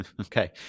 Okay